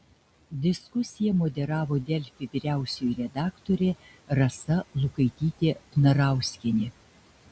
diskusiją moderavo delfi vyriausioji redaktorė rasa lukaitytė vnarauskienė